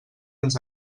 ens